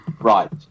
right